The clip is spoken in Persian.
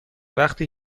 وقتی